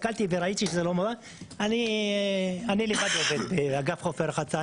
הסתכלתי וראיתי שזה לא -- -אני לבד עובד באגף חוף ורחצה.